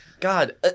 God